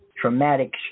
Traumatic